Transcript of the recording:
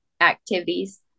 activities